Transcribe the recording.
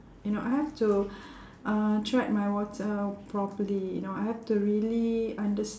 you know I have to uh tread my water properly you know I have to really unders~